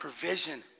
Provision